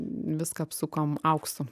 viską apsukom auksu